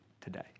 today